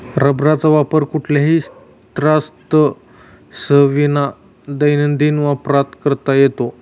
रबराचा वापर कुठल्याही त्राससाविना दैनंदिन वापरात करता येतो